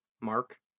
Mark